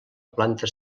planta